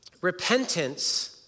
repentance